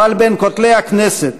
אבל בין כותלי הכנסת